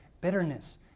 bitterness